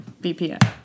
VPN